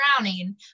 drowning